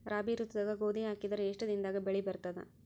ರಾಬಿ ಋತುದಾಗ ಗೋಧಿ ಹಾಕಿದರ ಎಷ್ಟ ದಿನದಾಗ ಬೆಳಿ ಬರತದ?